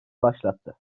başlattı